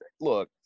look